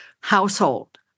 household